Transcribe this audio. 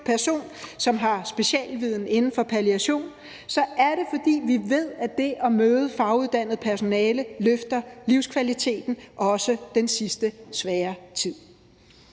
person, som har specialviden inden for palliation, så er det, fordi vi ved, at det at møde faguddannet personale løfter livskvaliteten, også i den sidste svære tid,